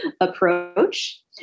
approach